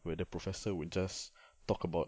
where the professor would just talk about